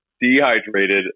dehydrated